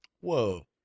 Whoa